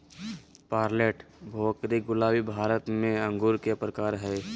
Perlette, भोकरी, गुलाबी भारत में अंगूर के प्रकार हय